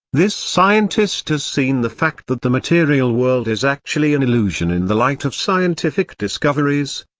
this scientist has seen the fact that the material world is actually an illusion in the light of scientific discoveries,